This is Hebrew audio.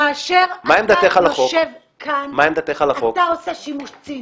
כאשר אתה יושב כאן, אתה עושה שימוש ציני.